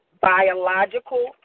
biological